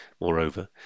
Moreover